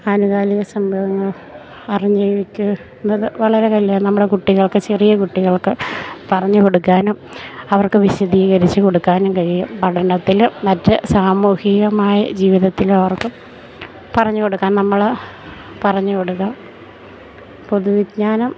ആനുകാലിക സംഭവങ്ങൾ അറിഞ്ഞിരിക്കുന്നത് വളരെ വലിയ നമ്മുടെ കുട്ടികൾക്ക് ചെറിയ കുട്ടികൾക്ക് പറഞ്ഞ് കൊടുക്കാനും അവർക്ക് വിശദീകരിച്ച് കൊടുക്കാനും കഴിയും പഠനത്തിൽ മറ്റ് സാമൂഹികമായ ജീവിതത്തിൽ അവർക്ക് പറഞ്ഞ് കൊടുക്കാൻ നമ്മൾ പറഞ്ഞ് കൊടുക്കാം പൊതുവിജ്ഞാനം